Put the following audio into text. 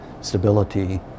stability